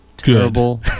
terrible